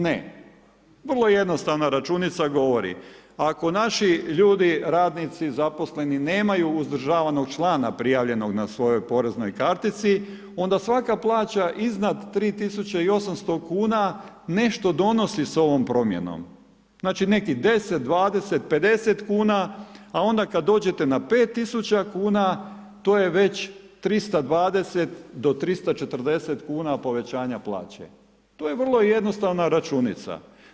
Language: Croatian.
Ne, vrlo jednostavna računica govori, ako naši ljudi radnici zaposleni nemaju uzdržavanog člana prijavljenog na svojoj poreznoj kartici onda svaka plaća iznad 3.800 kuna nešto donosi s ovom promjenom, znači neki 10, 20, 50 kuna, a onda kad dođete na 5.000 kuna to je već 320 do 340 kuna povećanje, to je vrlo jednostavna računica.